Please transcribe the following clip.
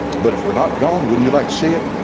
but if we're not gone wouldn't you like to see it?